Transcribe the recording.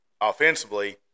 offensively